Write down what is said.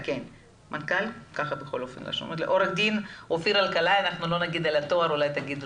עו"ד אופיר אלקלעי, נמצא